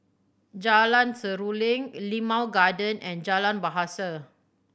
Jalan Seruling Limau Garden and Jalan Bahasa